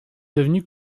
devenu